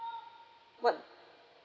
what